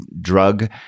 drug